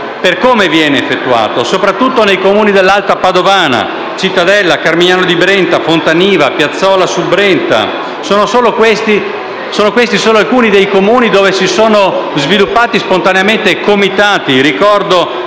per come viene effettuato, soprattutto nei Comuni dell'alta padovana, come Cittadella, Carmignano di Brenta, Fontaniva, Piazzola sul Brenta. Sono questi solo alcuni dei Comuni in cui si sono sviluppati spontaneamente dei comitati, come